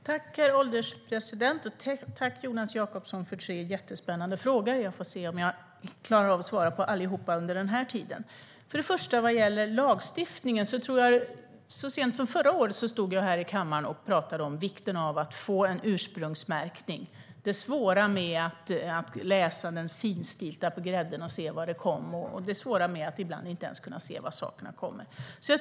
Herr ålderspresident! Tack, Jonas Jacobsson Gjörtler, för tre jättespännande frågor! När det gäller lagstiftningen stod jag här i kammaren så sent som förra året och talade om vikten av att få en ursprungsmärkning. Jag talade om det svåra i att läsa det finstilta på grädden för att se var den kommer från och att man ibland inte ens kan se var sakerna kommer från.